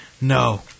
No